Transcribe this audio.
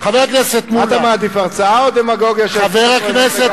מה אתה מעדיף, הרצאה או דמגוגיה על הדוכן?